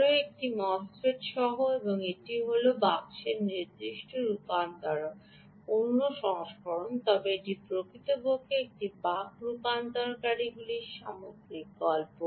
আরও একটি এমওএসএফইটি সহ এবং এটি হল বাক্সের নিজস্ব রূপান্তরকৃত অন্য সংস্করণ তবে এটি প্রকৃতপক্ষে একটি বাক রূপান্তরকারীগুলির সামগ্রিক গল্প